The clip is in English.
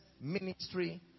ministry